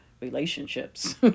relationships